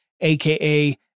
aka